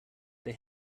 they